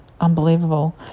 unbelievable